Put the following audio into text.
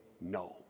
no